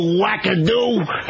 wackadoo